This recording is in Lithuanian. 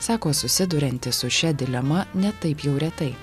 sako susidurianti su šia dilema ne taip jau retai